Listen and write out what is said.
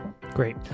Great